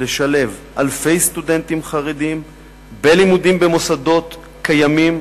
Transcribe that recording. לשלב אלפי סטודנטים חרדים בלימודים במוסדות קיימים